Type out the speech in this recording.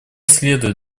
следует